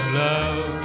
love